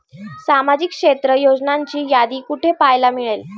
सामाजिक क्षेत्र योजनांची यादी कुठे पाहायला मिळेल?